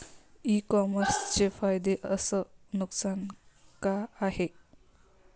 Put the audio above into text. इ कामर्सचे फायदे अस नुकसान का हाये